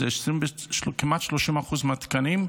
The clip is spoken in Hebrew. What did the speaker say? זה כמעט 30% מהתקנים,